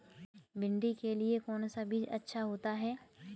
भिंडी के लिए कौन सा बीज अच्छा होता है?